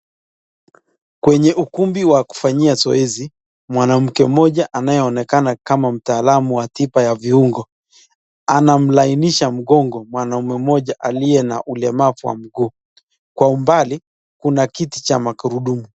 Kwenye ukumbi wa kufanyia zoezi, mwanamke mmoja anayeonekana kama mtaalam wa tiba ya viungo, anamlainisha mgongo mwanaume mmoja aliye na ulemavu wa miguu, kwa umbali kuna kiti cha magurudumu.